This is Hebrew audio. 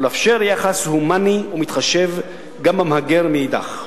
ולאפשר יחס הומני ומתחשב גם במהגר מאידך גיסא.